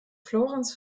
florenz